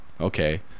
okay